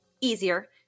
easier